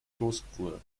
kloßbrühe